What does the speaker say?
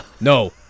No